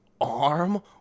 arm